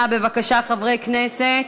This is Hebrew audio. בבקשה, חברי הכנסת.